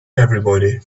everybody